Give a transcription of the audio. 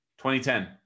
2010